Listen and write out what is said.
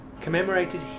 commemorated